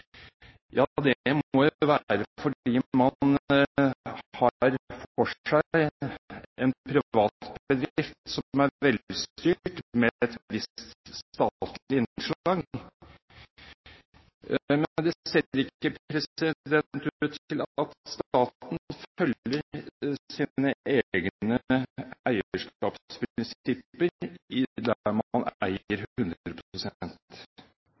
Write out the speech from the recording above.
Ja, det må jo være fordi man har for seg en privat bedrift som er velstyrt, men med et visst statlig innslag. Men det ser ikke ut til at staten følger sine egne eierskapsprinsipper der man eier 100